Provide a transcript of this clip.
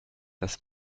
das